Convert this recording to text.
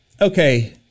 Okay